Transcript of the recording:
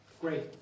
Great